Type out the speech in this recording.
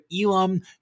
Elam